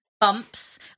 Bumps